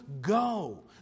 go